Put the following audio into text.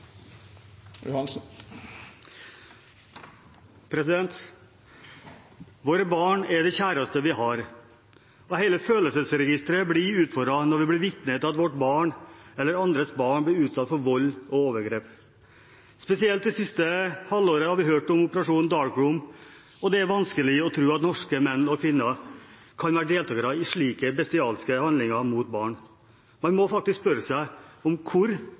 deretter arbeidsliv? Våre barn er det kjæreste vi har, og hele følelsesregisteret blir utfordret når vi blir vitne til at vårt barn eller andres barn blir utsatt for vold og overgrep. Spesielt det siste halvåret har vi hørt om operasjon Dark Room, og det er vanskelig å tro at norske menn og kvinner kan være deltagere i slike bestialske handlinger mot barn. Man må faktisk spørre seg om hvor